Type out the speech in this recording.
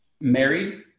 married